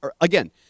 again